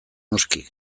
noski